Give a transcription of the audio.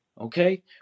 Okay